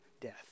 death